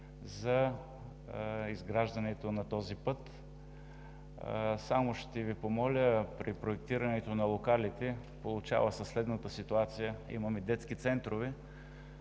за изграждането на този път. Само ще Ви помоля – при проектирането на локалите се получава следната ситуация. Имаме детски центрове,